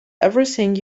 everything